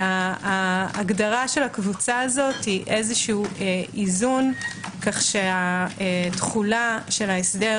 ההגדרה של הקבוצה הזו היא איזון כלשהו כך שהתחולה של ההסדר